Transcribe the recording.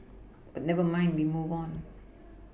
but never mind we move on